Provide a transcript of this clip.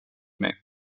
mig